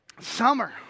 Summer